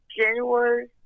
January